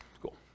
cool